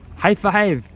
high five,